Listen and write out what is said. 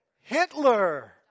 Hitler